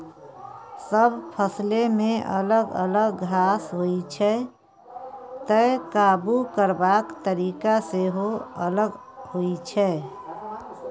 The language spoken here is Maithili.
सब फसलमे अलग अलग घास होइ छै तैं काबु करबाक तरीका सेहो अलग होइ छै